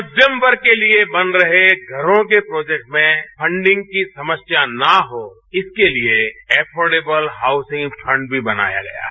मध्यम वर्ग के लिए बन रहे घरों के प्रोजेक्ट में फंडिंग की समस्या ना हो इसके लिए अर्फोडेबल हाउसिंग फंड भी बनाया गया है